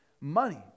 money